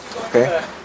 Okay